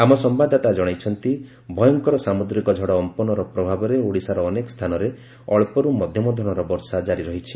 ଆମ ସମ୍ଭାଦଦାତା ଜଣାଇଛନ୍ତି ଭୟଙ୍କର ସାମୁଦ୍ରିକ ଝଡ଼ ଅମ୍ପନର ପ୍ରଭାବରେ ଓଡ଼ିଶାର ଅନେକ ସ୍ଥାନରେ ଅଞ୍ଚରୁ ମଧ୍ୟମ ଧରଣର ବର୍ଷା କାରି ରହିଛି